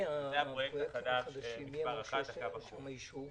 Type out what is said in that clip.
זה הפרויקט החדש הראשון, הקו החום.